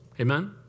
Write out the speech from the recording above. Amen